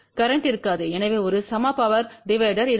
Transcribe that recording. கரேன்ட்டம் இருக்காது எனவே ஒரு சம பவர் டிவைடர் இருக்கும்